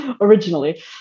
originally